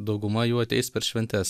dauguma jų ateis per šventes